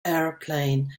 airplane